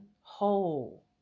whole